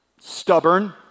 stubborn